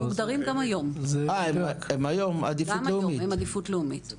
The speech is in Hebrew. גם היום הם עדיפות לאומית.